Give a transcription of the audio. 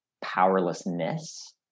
powerlessness